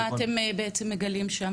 מה אתם בעצם מגלים שם?